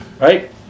right